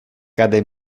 cade